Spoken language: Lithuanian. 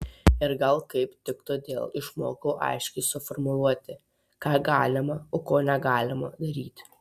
ir gal kaip tik todėl išmokau aiškiai suformuluoti ką galima o ko negalima daryti